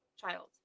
Child